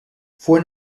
fue